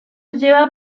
lleva